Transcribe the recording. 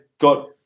got